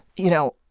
you know,